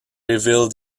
reveal